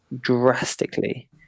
drastically